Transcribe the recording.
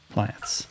plants